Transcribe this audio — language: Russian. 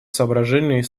соображений